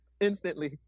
Instantly